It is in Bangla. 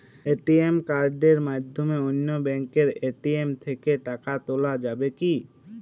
এ.টি.এম কার্ডের মাধ্যমে অন্য ব্যাঙ্কের এ.টি.এম থেকে টাকা তোলা যাবে কি?